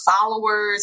followers